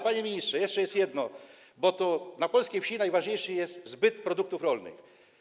Panie ministrze, jeszcze jedno, bo tu na polskiej wsi najważniejszy jest zbyt produktów rolnych.